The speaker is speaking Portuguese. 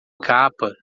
capa